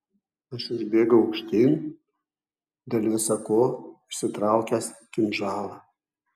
aš užbėgau aukštyn dėl visa ko išsitraukęs kinžalą